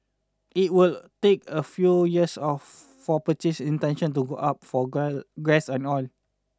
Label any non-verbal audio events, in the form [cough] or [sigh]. it would take a few years of for purchase intention to go up for [unintelligible] gas and oil